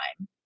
time